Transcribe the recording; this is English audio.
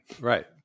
right